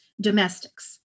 domestics